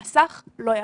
מסך לא יעבוד.